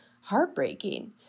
heartbreaking